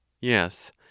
YES